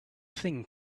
thing